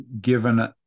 given